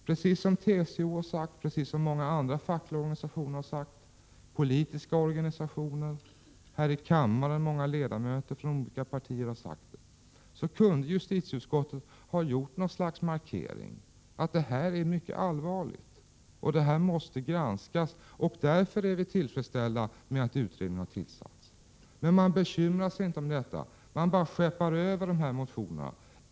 Precis som TCO har sagt, precis som många andra fackliga organisationer och politiska organisationer har sagt och här i kammaren många ledamöter från olika partier har sagt, så kunde justitieutskottet ha gjort något slags markering att det här är mycket allvarligt och måste granskas och att man därför är tillfredsställd med att utredningen har tillsatts. Men man bekymrar sig inte om detta. Man bara skeppar över de här motionerna.